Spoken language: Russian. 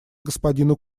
господину